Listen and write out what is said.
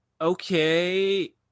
okay